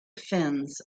fins